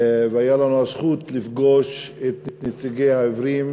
והייתה לנו הזכות לפגוש את נציגי העיוורים